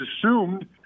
assumed